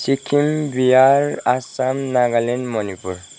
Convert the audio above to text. Sikkim Bihar Assam Nagaland Manipur